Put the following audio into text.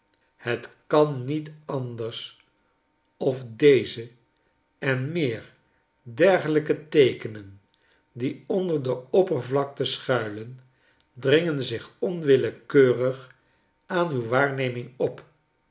het kan niet anders of deze en meer dergelijke teekenen die onder de oppervlakte schuilen dringen zich onwillekeurig aan uw waarneming op